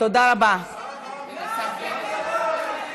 הם כל הזמן עוברים על התקנון,